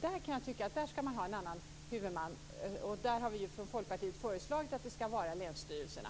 Här tycker jag att det skall vara en annan huvudman, och vi från Folkpartiet har föreslagit att det skall vara länsstyrelserna.